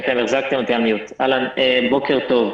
בוקר טוב.